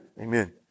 Amen